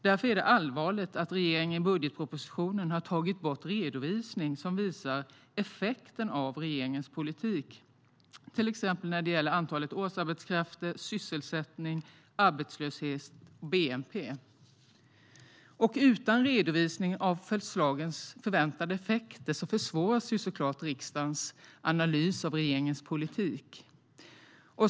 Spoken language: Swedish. Därför är det allvarligt att regeringen i budgetpropositionen har tagit bort redovisning som visar effekten av regeringens politik på antalet, till exempel när det gäller antalet årsarbetskrafter, sysselsättning, arbetslöshet och bnp. Utan redovisning av förslagens förväntade effekter försvåras såklart riksdagens analys av regeringens politik.